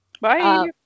Bye